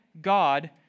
God